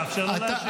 תאפשר לו להשיב.